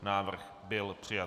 Návrh byl přijat.